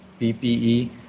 PPE